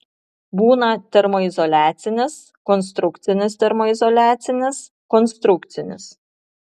būna termoizoliacinis konstrukcinis termoizoliacinis konstrukcinis